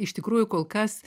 iš tikrųjų kol kas